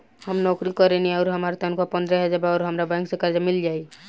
हम नौकरी करेनी आउर हमार तनख़ाह पंद्रह हज़ार बा और हमरा बैंक से कर्जा मिल जायी?